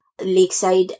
Lakeside